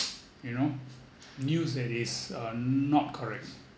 you know news that is uh not correct